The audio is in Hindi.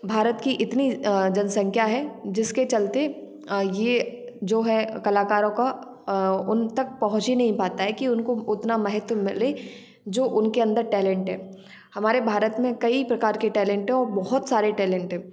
भारत की इतनी जनसंख्या है जिसके चलते ये जो है कलाकारों का उन तक पहुंच ही नहीं पाता है कि उनको उतना महत्व मिले जो उनके अंदर टैलेंट है हमारे भारत में कई प्रकार के टैलेंट हैं और बहुत सारे टैलेंट हैं